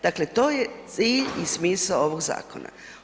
Dakle, to je cilj i smisao ovog zakona.